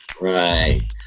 right